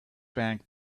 back